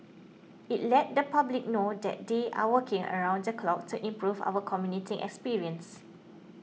it lets the public know that they are working around the clock to improve our commuting experience